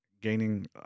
gaining